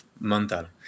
mental